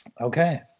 Okay